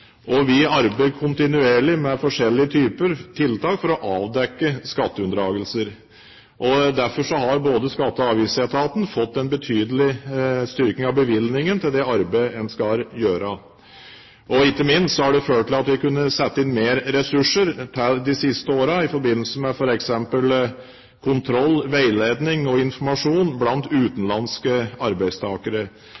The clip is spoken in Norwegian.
og vi arbeider kontinuerlig med forskjellige typer tiltak for å avdekke skatteunndragelser. Derfor har skatte- og avgiftsetaten fått en betydelig styrking av bevilgningen til det arbeidet en skal gjøre. Ikke minst har det ført til at vi har kunnet sette inn mer ressurser de siste årene i forbindelse med f.eks. kontroll, veiledning og informasjon blant